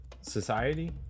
society